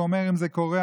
ואומר: אם זה קורה,